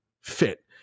Fit